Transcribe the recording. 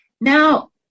Now